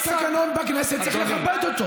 יש תקנון בכנסת, צריך לכבד אותו.